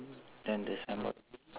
then the signboard